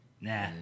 Nah